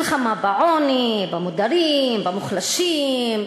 מלחמה בעוני, המודרים, המוחלשים,